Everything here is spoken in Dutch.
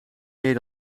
meer